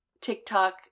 TikTok